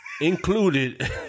included